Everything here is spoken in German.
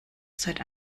seit